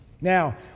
Now